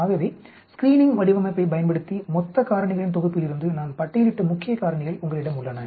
ஆகவே ஸ்கிரீனிங் வடிவமைப்பைப் பயன்படுத்தி மொத்த காரணிகளின் தொகுப்பிலிருந்து நான் பட்டியலிட்ட முக்கிய காரணிகள் உங்களிடம் உள்ளன